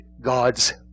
God's